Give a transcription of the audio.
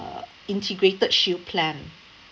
integrated shield plan